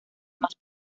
más